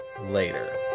later